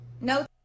no